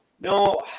no